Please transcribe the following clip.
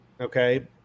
okay